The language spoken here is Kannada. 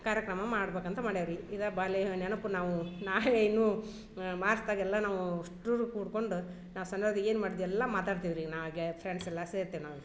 ಕಾರ್ಯಕ್ರಮ ಮಾಡ್ಬೇಕು ಅಂತ ಮಾಡೇವಿ ರಿ ಇದಾ ಬಾಲ್ಯವ ನೆನಪು ನಾವು ನಾಳೇನು ಮಾಸ್ತಗೆಲ್ಲ ನಾವು ಅಷ್ಟುರು ಕೂಡ್ಕೊಂಡು ನಾವು ಏನು ಮಾಡ್ದ ಎಲ್ಲ ಮಾತಾಡ್ತೀವಿ ರಿ ನಾ ಹಾಗೇ ಫ್ರೆಂಡ್ಸ್ ಎಲ್ಲ ಸೇರ್ತಿವಿ ನಾವು ಈಗ